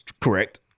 Correct